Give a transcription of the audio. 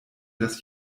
dass